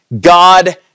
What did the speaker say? God